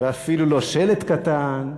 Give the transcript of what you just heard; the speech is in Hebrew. ואפילו לא שלט קטן.